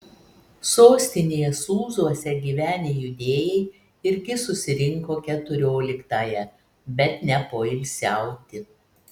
sostinėje sūzuose gyvenę judėjai irgi susirinko keturioliktąją bet ne poilsiauti